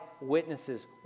witnesses